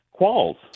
Qualls